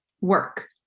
work